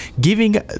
Giving